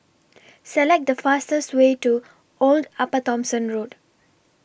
Select The fastest Way to Old Upper Thomson Road